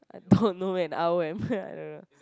I don't know an hour and I don't know